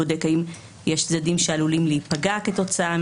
בודק האם יש צדדים שעלולים להיפגע כתוצאה